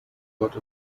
got